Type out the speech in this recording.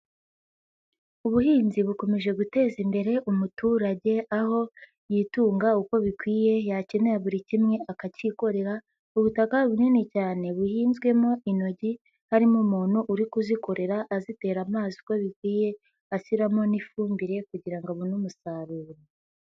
Ubuhinzi bukomeje guteza imbere umuturage, aho yitunga uko bikwiye yakenera buri kimwe akacyikorera, ubutaka bunini cyane buhinzwemo intoryi harimo umuntu uri kuzikorera azitera amazi uko bikwiye, ashyiramo n'ifumbire kugira ngo abone umusaruro.